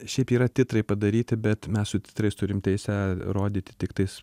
šiaip yra titrai padaryti bet mes su titrais turim teisę rodyti tiktais